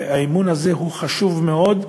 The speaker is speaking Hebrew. והאמון הזה הוא חשוב מאוד,